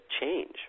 change